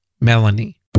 Melanie